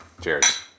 Cheers